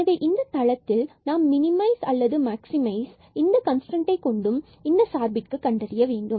எனவே இந்த தளத்தில் நாம் மினிமைஸ் மாக்ஸிமைஸ் இந்த கன்ஸ்ரைன்ட் கொண்டும் இந்த சார்பில் கண்டறிய வேண்டும்